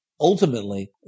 Ultimately